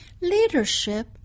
leadership